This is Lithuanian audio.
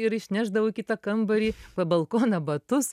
ir išnešdavau į kitą kambarį po balkoną batus